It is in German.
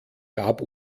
gab